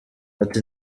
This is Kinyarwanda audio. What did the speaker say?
ati